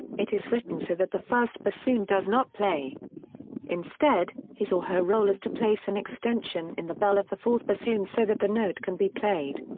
it is written so that the first bassoon does not play instead, his or her role is to place an and extension in the bell of the fourth bassoon so that the note can be played.